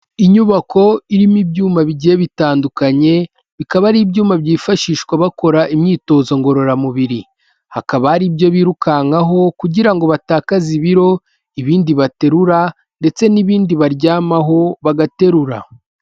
Inyubako irimo ibyuma bigiye bitandukanye, bikaba ari ibyuma byifashishwa bakora imyitozo ngororamubiri. Hakaba hari ibyo birukankaho kugira ngo batakaze ibiro, ibindi baterura ndetse n'ibindi baryamaho bagaterura.